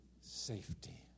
safety